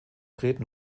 treten